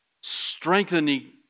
Strengthening